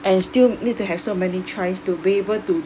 and still need to have so many tries to be able to